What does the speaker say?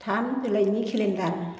थाम जुलाइनि केलेन्डार